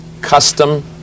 custom